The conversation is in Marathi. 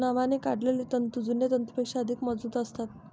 नव्याने काढलेले तंतू जुन्या तंतूंपेक्षा अधिक मजबूत असतात